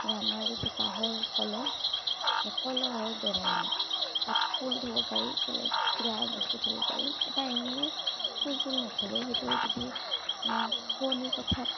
এই আমাৰ যে কাঁহৰ কলহ সেই কলহৰ দৰে মানে তাত ফুল থ'ব পাৰি বেলেগ কিবা বস্তু থ'ব পাৰি বা এনেও ফুল চোল নথ'লেও সেইটো যদি মো শুৱনি কোঠাত